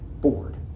board